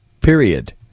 period